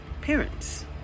parents